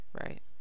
right